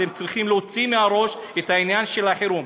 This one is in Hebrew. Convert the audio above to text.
אתם צריכים להוציא מהראש את העניין של החירום.